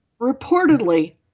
Reportedly